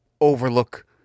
overlook